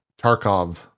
Tarkov